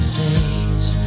face